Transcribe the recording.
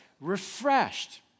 refreshed